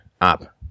up